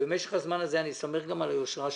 במשך הזמן הזה, אני סומך גם על היושרה שלכם,